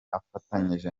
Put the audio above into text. afatanyije